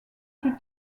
plus